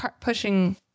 pushing